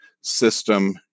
system